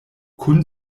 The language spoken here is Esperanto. kun